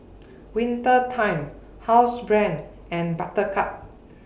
Winter Time Housebrand and Buttercup